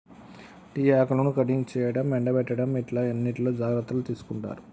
tea ఆకులను cutting చేయడం, ఎండపెట్టడం ఇట్లా అన్నిట్లో జాగ్రత్తలు తీసుకుంటారు